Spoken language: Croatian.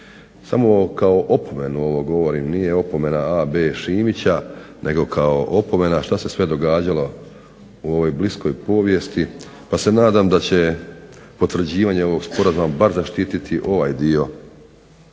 ovo govorim, nije opomena A.B. Šimića nego kao opomena što se sve događalo u ovoj bliskoj povijesti, pa se nadam da će potvrđivanje ovog sporazuma bar zaštiti ovaj dio